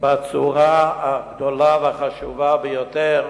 בצורה הגדולה והחשובה ביותר,